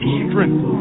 strength